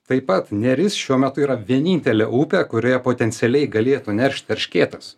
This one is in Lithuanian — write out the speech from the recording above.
taip pat neris šiuo metu yra vienintelė upė kurioje potencialiai galėtų neršt erškėtas